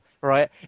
right